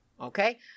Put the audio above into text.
Okay